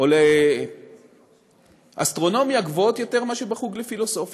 או לאסטרונומיה גבוהות יותר מאשר בחוג לפילוסופיה.